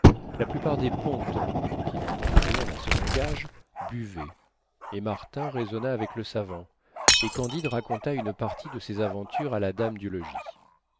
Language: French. la plupart des pontes qui n'entendaient rien à ce langage buvaient et martin raisonna avec le savant et candide raconta une partie de ses aventures à la dame du logis